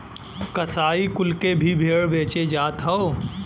कसाई कुल के भी भेड़ बेचे जात हौ